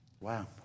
Wow